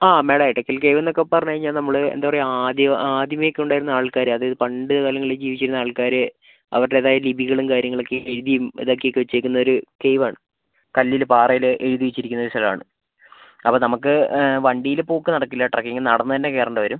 ആ madam Edakkal cave എന്നൊക്കെ പറഞ്ഞുകഴിഞ്ഞാൽ നമ്മൾ എന്താണ് പറയുക ആദ്യം ആദ്യമേ ഒക്കെ ഉണ്ടായിരുന്ന ആൾക്കാർ അതായത് പണ്ട് കാലങ്ങളിൽ ജീവിച്ചിരുന്ന ആൾക്കാർ അവരുടേതായ ലിപികളും കാര്യങ്ങളും ഒക്കെ എഴുതിയും ഇതാക്കി ഒക്കെ വെച്ചിരിക്കുന്ന ഒരു കേവ് ആണ് കല്ലിൽ പാറയിൽ എഴുതി വെച്ചിരിക്കുന്ന ഒരു സ്ഥലമാണ് അപ്പം നമുക്ക് വണ്ടിയിൽ പോക്ക് നടക്കില്ല ട്രക്കിംഗ് നടന്ന് തന്നെ കയറേണ്ടി വരും